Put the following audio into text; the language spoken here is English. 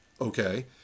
okay